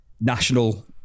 national